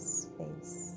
space